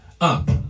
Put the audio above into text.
up